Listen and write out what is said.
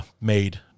made